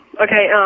okay